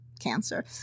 cancer